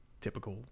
typical